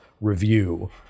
review